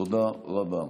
תודה רבה.